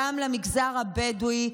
גם למגזר הבדואי,